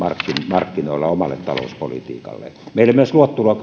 markkinoilla omalle talouspolitiikalleen meille myös luottoluokitus on